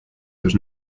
dos